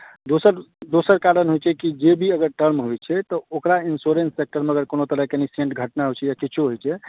दोसर दोसर कारण होइत छै कि जेभी अगर टर्म होइत छै तऽ ओकरा इन्स्योरेन्स सेक्टरमे अगर कोनो तरहके घटना होइत छै या किछो होइत छै